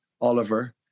Oliver